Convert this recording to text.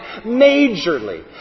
Majorly